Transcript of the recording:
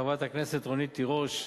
חברת הכנסת רונית תירוש,